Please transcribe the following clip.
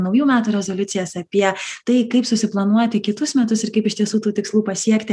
naujų metų rezoliucijas apie tai kaip susiplanuoti kitus metus ir kaip iš tiesų tų tikslų pasiekti